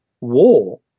war